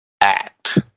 act